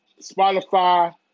Spotify